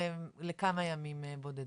לכמה ימים בודדים.